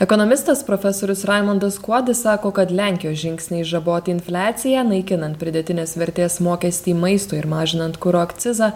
ekonomistas profesorius raimundas kuodis sako kad lenkijos žingsniai žaboti infliaciją naikinant pridėtinės vertės mokestį maistui ir mažinant kuro akcizą